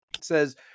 says